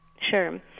Sure